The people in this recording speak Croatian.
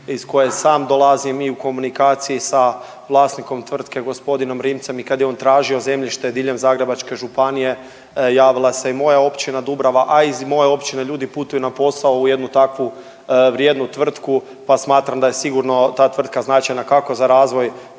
iz koje sam dolazim i u komunikaciji sa vlasnikom tvrtke g. Rimcem i kad je on tražio zemljište diljem Zagrebačke županije, javila se i moja općina Dubrava, a iz moje općine ljudi putuju na posao u jednu takvu vrijednu tvrtku pa smatram da je sigurno ta tvrtka značajna, kako za razvoj